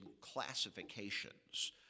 classifications